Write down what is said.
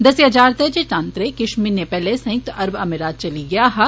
दस्सेआ जा'रदा ऐ जे तांत्रे किश म्हनें पैहले संयुक्त अरब अमारात चली गेआ हा